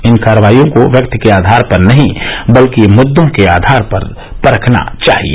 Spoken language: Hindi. इन कार्रवाइयों को व्यक्ति के आधार पर नहीं बल्कि मुद्दों के आधार पर परखना चाहिए